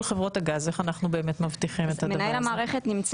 חברות הגז אנחנו מבטיחים את הדבר הזה?